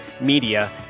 media